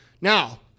Now